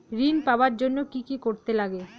ঋণ পাওয়ার জন্য কি কি করতে লাগে?